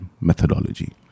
methodology